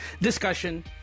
discussion